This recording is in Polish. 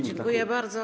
Dziękuję bardzo.